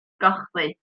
gochddu